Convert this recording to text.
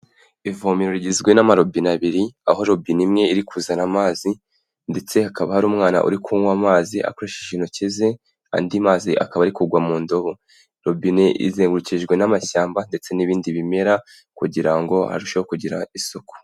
Ivomero rigizwe n'amarobine abiri, aho robine imwe iri kuzana amazi, ndetse hakaba hari umwana uri kunywa amazi akoresheje intoki ze, andi mazi akaba ari kugwa mu ndobo. Robine izengurukijwe n'amashyamba ndetse n'ibindi bimera kugira ngo arusheho kugira isuku.